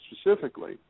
specifically